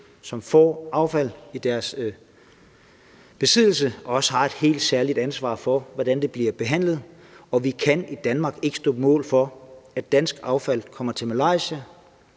som får affald i deres besiddelse, også har et helt særligt ansvar for, hvordan det bliver behandlet. Vi kan i Danmark ikke stå på mål for, at dansk affald kommer til Malaysia,